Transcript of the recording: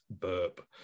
burp